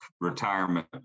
retirement